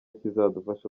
kizadufasha